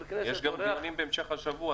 יש גם דיונים בהמשך השבוע,